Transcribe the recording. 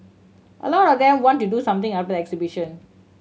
a lot of them want to do something after the exhibition